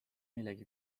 millegi